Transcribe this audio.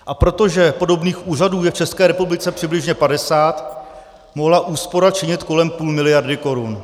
A protože podobných úřadů je v České republice přibližně 50, mohla úspora činit kolem půl miliardy korun.